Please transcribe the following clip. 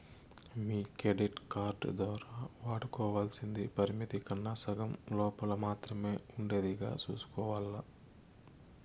మీ credit card దోరా వాడుకోవల్సింది పరిమితి కన్నా సగం లోపల మాత్రమే ఉండేదిగా సూసుకోవాల్ల